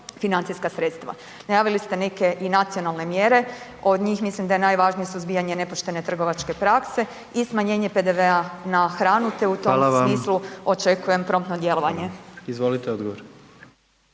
financijska sredstva. Najavili ste neke i nacionalne mjere, od njih mislim da je najvažnije suzbijanje nepoštene trgovačke prakse i smanjenje PDV-a na hranu te u tom smislu očekujem promptno djelovanje. **Jandroković,